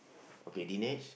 okay Denis